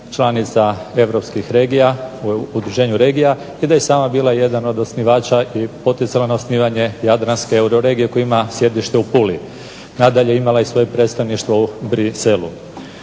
članica europskih regija u udruženju regija i da je i sama bila jedan od osnivača i poticala na osnivanje jadranske euro regije koja ima sjedište u Puli. Nadalje, imala je i svoje predstavništvo u Bruxellesu.